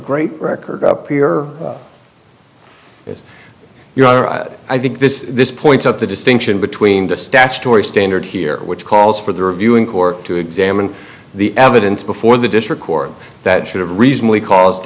great record up here is your honor i think this this points up the distinction between the statutory standard here which calls for the reviewing court to examine the evidence before the district court that should have recently cause